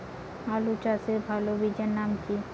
আলু চাষের ভালো বীজের নাম কি?